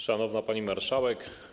Szanowna Pani Marszałek!